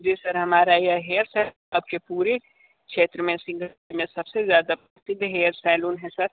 जी sir हमारा यह haircut आपके पूरे क्षेत्र में में सबसे ज़्यादा प्रसिद्ध हेअर सलौन है सर